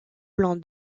blanc